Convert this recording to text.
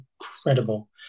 incredible